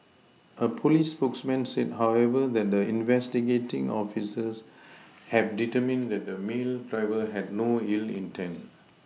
a police spokesman said however that the investigating officers have determined that the male driver had no ill intent